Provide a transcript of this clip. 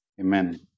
Amen